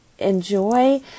enjoy